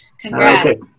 congrats